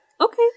Okay